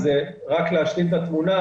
אז רק להשלים את התמונה: